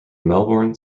melbourne